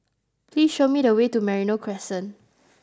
please show me the way to Merino Crescent